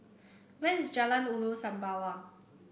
where is Jalan Ulu Sembawang